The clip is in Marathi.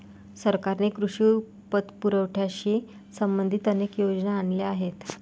सरकारने कृषी पतपुरवठ्याशी संबंधित अनेक योजना आणल्या आहेत